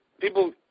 people